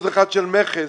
אחד של מכס.